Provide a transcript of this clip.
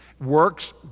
Works